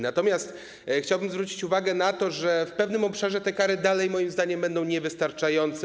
Natomiast chciałbym zwrócić uwagę na to, że w pewnym obszarze te kary dalej moim zdaniem będą niewystarczające.